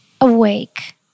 awake